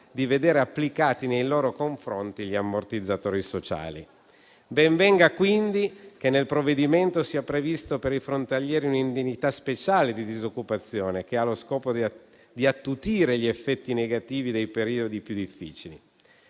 di vedere applicati nei loro confronti gli ammortizzatori sociali. Ben venga, quindi, che nel provvedimento sia previsto per i frontalieri un'indennità speciale di disoccupazione, che ha lo scopo di attutire gli effetti negativi dei periodi più difficili.